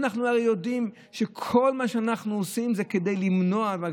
אנחנו הרי יודעים שכל מה שאנחנו עושים זה כדי למנוע מגפה.